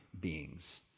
beings